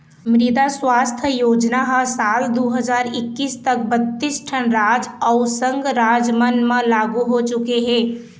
मृदा सुवास्थ योजना ह साल दू हजार एक्कीस तक बत्तीस ठन राज अउ संघ राज मन म लागू हो चुके हे